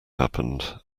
happened